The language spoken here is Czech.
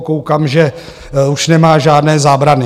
Koukám, že už nemá žádné zábrany.